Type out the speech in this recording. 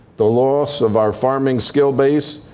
the loss of our farming skill base,